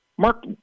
Mark